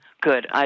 Good